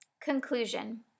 Conclusion